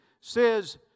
says